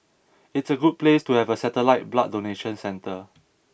it's a good place to have a satellite blood donation centre